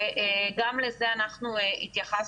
שגם לזה אנחנו התייחסנו.